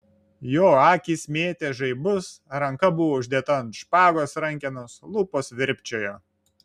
jo akys mėtė žaibus ranka buvo uždėta ant špagos rankenos lūpos virpčiojo